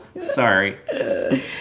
Sorry